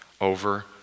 over